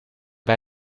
bij